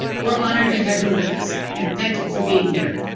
we're honored to have you with us. and thank you for being here.